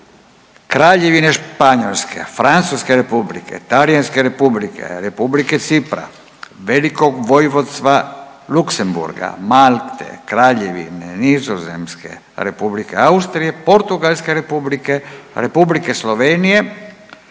Kraljevine Španjolske, Francuske Republike, Talijanske Republike, Republike Cipra, Republike Latvije, Republike Litve, Velikog Vojvodstva Luksemburga, Republike Malte, Kraljevine Nizozemske, Republike Austrije, Portugalske Republike, Republike Slovenije,